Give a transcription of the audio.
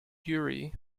yuri